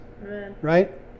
right